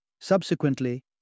Subsequently